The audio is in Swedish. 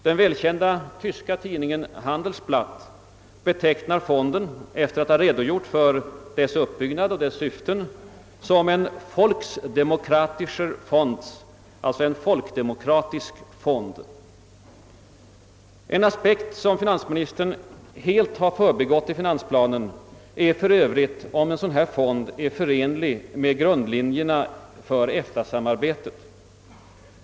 Den välkända tyska tidningen Handelsblatt betecknar fonden, efter att ha redogjort för dess uppbyggnad och syfte — som »Volksdemokratischer Fonds», alltså en folkdemokratisk fond. En aspekt som finansministern helt har förbigått i finansplanen är för Övrigt om en dylik fond är förenlig med grundlinjerna för EFTA-samarbetet.